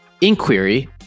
inquiry